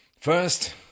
first